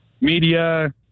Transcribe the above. Media